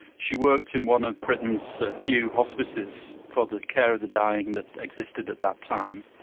she worked in one of britain's few hospices for the care of the dying that existed at that time,